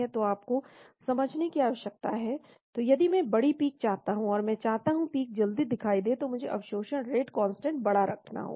तो आपको समझने की आवश्यकता है तो यदि मैं बड़ी पीक चाहता हूं और मैं चाहता हूं पीक जल्दी दिखाई दे तो मुझे अवशोषण रेट कांस्टेंट बड़ा रखना होगा